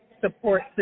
support